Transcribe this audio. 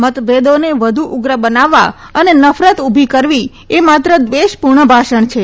મતભેદોને વધુ ઉગ્ર બનાવવા અને નફરત ઉભી કરવી એ માત્ર દ્વેષપૂર્ણ ભાષણ છે